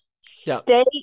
stay